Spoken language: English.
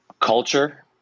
culture